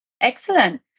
Excellent